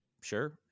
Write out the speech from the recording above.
Sure